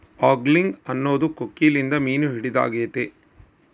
angling ಅನ್ನೊದು ಕೊಕ್ಕೆಲಿಂದ ಮೀನು ಹಿಡಿದಾಗೆತೆ